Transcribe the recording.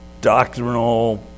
doctrinal